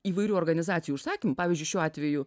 įvairių organizacijų užsakymu pavyzdžiui šiuo atveju